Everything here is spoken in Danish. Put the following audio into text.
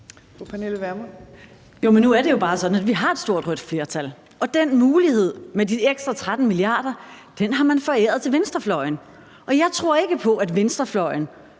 Nu er det jo bare sådan, at vi har et stort rødt flertal, og den mulighed med at have de ekstra 13 mia. kr. har man foræret til venstrefløjen. Og jeg tror ikke på, at venstrefløjen